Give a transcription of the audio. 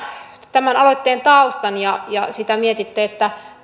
tämän aloitteen taustan ja ja sitä mietitte